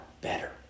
better